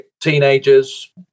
teenagers